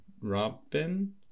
robin